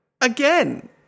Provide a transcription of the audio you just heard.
again